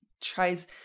tries